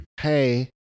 Hey